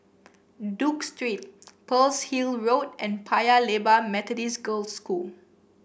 Duke Street Pearl's Hill Road and Paya Lebar Methodist Girls' School